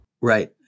Right